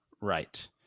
Right